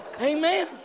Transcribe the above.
Amen